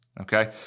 okay